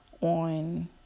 on